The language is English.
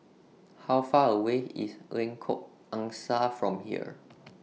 How Far away IS Lengkok Angsa from here